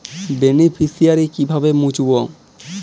Beneficiary কিভাবে মুছব?